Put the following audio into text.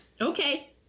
Okay